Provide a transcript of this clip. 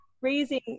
raising